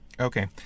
Okay